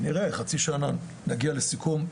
נראה חצי שנה, נגיע לסיכום,